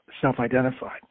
self-identified